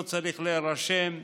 לא צריך להירשם,